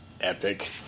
epic